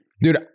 Dude